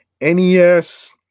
NES